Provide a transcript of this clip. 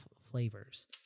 flavors